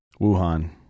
Wuhan